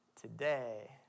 today